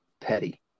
petty